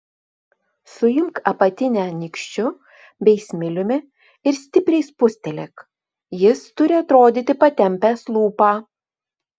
suimk apatinę nykščiu bei smiliumi ir stipriai spustelėk jis turi atrodyti patempęs lūpą